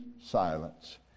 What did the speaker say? silence